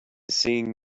seeing